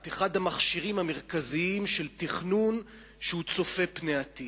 את אחד המכשירים המרכזיים של תכנון שהוא צופה פני עתיד.